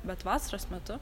bet vasaros metu